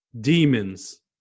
demons